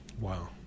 Wow